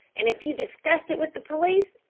and if you discussed it with the police,